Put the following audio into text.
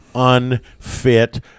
unfit